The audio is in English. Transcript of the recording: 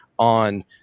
On